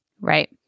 Right